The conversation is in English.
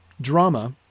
drama